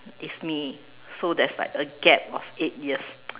it's me so there's like a gap of eight years